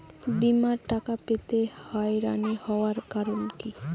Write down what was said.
বিমার টাকা পেতে হয়রানি হওয়ার কারণ কি?